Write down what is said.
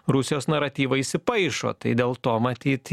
rusijos naratyvą įsipaišo tai dėl to matyt